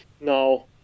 No